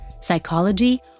psychology